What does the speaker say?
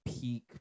peak